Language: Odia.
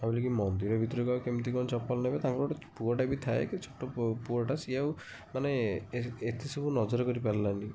ଭାବିଲି କି ମନ୍ଦିର ଆଉ କେମିତି କଣ ଚପଲ ନେବେ ତାଙ୍କର ଗୋଟେ ପୁଅଟେ ବି ଥାଏ କି ଛୋଟ ପୁଅଟା ସିଏ ଆଉ ମାନେ ଏତେ ସବୁ ନଜର କରି ପାରିଲାନି